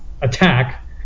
attack